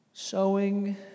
Sowing